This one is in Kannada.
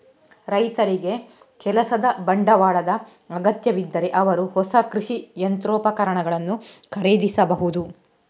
ರೈತರಿಗೆ ಕೆಲಸದ ಬಂಡವಾಳದ ಅಗತ್ಯವಿದ್ದರೆ ಅವರು ಹೊಸ ಕೃಷಿ ಯಂತ್ರೋಪಕರಣಗಳನ್ನು ಖರೀದಿಸಬಹುದು